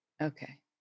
Okay